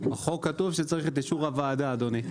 בחוק כתוב שצריך את אישור הוועדה, אדוני.